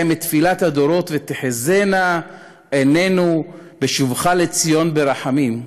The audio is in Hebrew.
את תפילת הדורות: "ותחזינה עינינו בשובך לציון ברחמים",